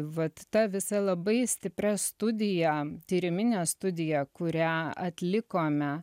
vat ta visa labai stipria studija pirmine studija kurią atlikome